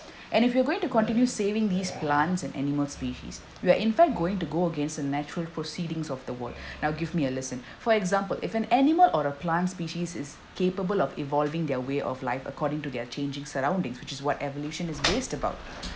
and if you are going to continue saving these plants and animal species we're in fact going to go against a natural proceedings of the world now give me a listen for example if an animal or a plant species is capable of evolving their way of life according to their changing surroundings which is what evolution is based about